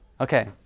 Okay